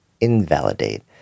invalidate